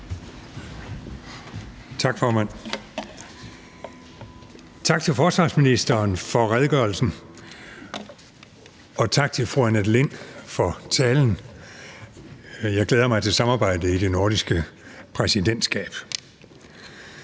Tak, formand. Tak til forsvarsministeren for redegørelsen, og tak til fru Annette Lind for talen. Jeg glæder mig til samarbejdet i det nordiske præsidentskab.